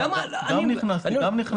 גם נכנסים.